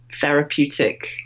therapeutic